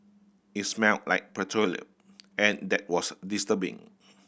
it smelt like petroleum and that was disturbing